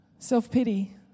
Self-pity